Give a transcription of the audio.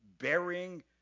bearing